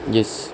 yes